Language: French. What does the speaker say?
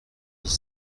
dix